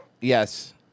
Yes